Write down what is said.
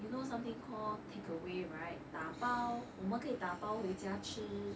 you know something called takeaway right 打包我们可以打包回家吃:da bao wo men ke yi da bao hui jiae chi